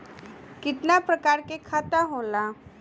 कितना प्रकार के खाता होला?